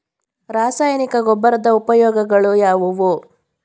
ರಾಸಾಯನಿಕ ಗೊಬ್ಬರದ ಉಪಯೋಗಗಳು ಯಾವುವು?